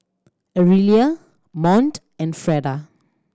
Arielle Mont and Freda